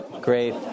great